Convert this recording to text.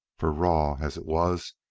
for, raw as it was,